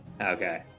Okay